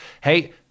Hey